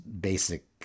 basic